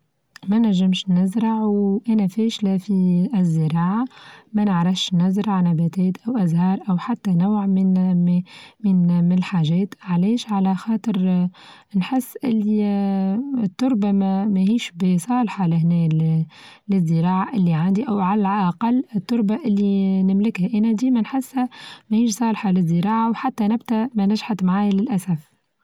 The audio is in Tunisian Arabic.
ما نعچمش نزرع و أنا فاشلة في الزراعة ما نعرفش نزرع نباتات أو أزهار أو حتى نوع من-من الحاجات علاش على خاطر آآ نحس اللي آآ التربة ما ماهيش بصالحة لهنا للزراعة اللي عندي أو على الأقل التربة اللي نملكها هنا دي ما نحسها ما هيش صالحة للزراعة وحتى نبتة ما نجحت معايا للأسف.